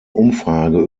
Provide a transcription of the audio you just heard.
umfrage